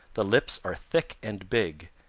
the lips are thick and big,